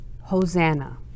Hosanna